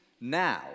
Now